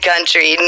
Country